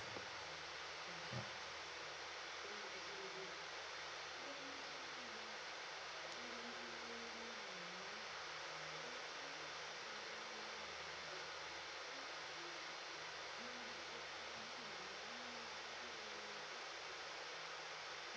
mm